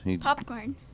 Popcorn